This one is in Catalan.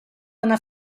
anar